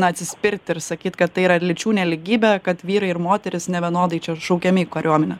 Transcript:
na atsispirt ir sakyt kad tai yra lyčių nelygybė kad vyrai ir moterys nevienodai čia šaukiami į kariuomenę